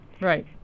right